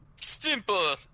simple